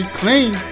clean